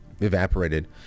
Evaporated